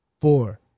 Four